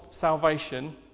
salvation